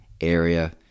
area